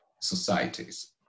societies